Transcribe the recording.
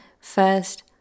first